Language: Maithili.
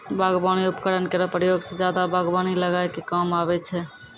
बागबानी उपकरन केरो प्रयोग सें जादा बागबानी लगाय क काम आबै छै